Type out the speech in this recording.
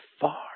far